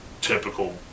typical